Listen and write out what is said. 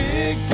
Big